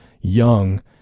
young